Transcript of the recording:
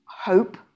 hope